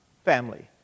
Family